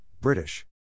British